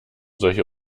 solche